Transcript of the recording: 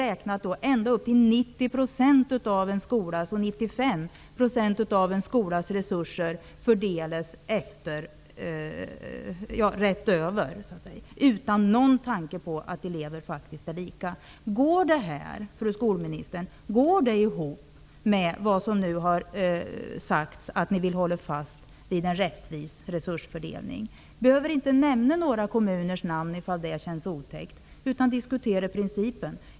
Ända upp mot 90--95 % av en skolas resurser fördelas rätt över, utan någon tanke på att elever faktiskt inte är lika. Fru skolminister, går detta ihop med vad som har sagts om att ni vill hålla fast vid en rättvis resursfördelning? Vi behöver inte nämna några kommuners namn om det känns otäckt, utan bara diskutera principen.